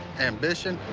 ambition,